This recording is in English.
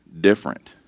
different